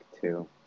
two